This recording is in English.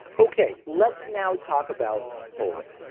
okay. let's now talk about polling.